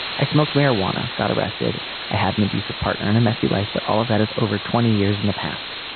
i smoked marijuana got arrested i had an abusive partner and a messy life but all of that is over twenty years in the past.